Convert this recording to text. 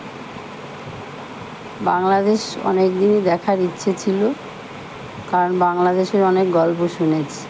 বাংলাদেশ অনেক দিনই দেখার ইচ্ছে ছিল কারণ বাংলাদেশের অনেক গল্প শুনেছি